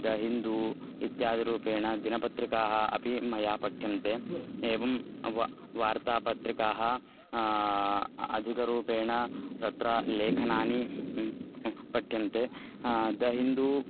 the हिन्दुः इत्यादिरूपेण दिनपत्रिकाः अपि मया पठ्यन्ते एवं व वार्तापत्रिकाः अधिकरूपेण तत्र लेखनानि पठ्यन्ते द हिन्दुः